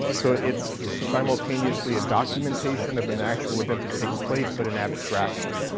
so it's simultaneously a documentation of an actual event that takes place but an abstraction.